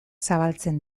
zabaltzen